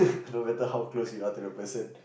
no matter how close you are to the person